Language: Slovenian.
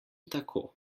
tako